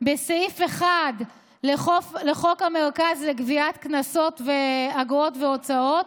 בסעיף 1 לחוק המרכז לגביית קנסות ואגרות והוצאות